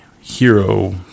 hero